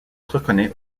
reconnait